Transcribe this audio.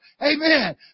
Amen